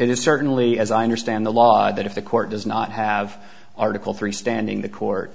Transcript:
is certainly as i understand the law that if the court does not have article three standing the court